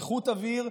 איכות אוויר,